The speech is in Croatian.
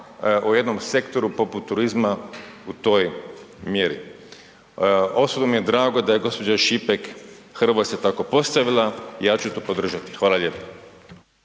o jednom sektoru poput turizma u toj mjeri. Osobno mi je drago da je gospođa Hrvoj Šipek se tako postavila i ja ću to podržati. Hvala lijepa.